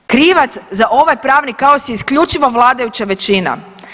Krivac za ovaj pravni kaos je isključivo vladajuća većina.